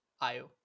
Io